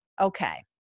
Okay